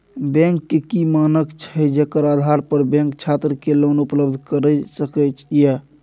Bank के की मानक छै जेकर आधार पर बैंक छात्र के लोन उपलब्ध करय सके ये?